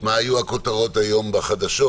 מה היו הכותרות היום בחדשות,